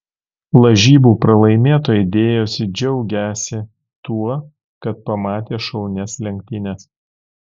lažybų pralaimėtojai dėjosi džiaugiąsi tuo kad pamatė šaunias lenktynes